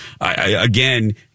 again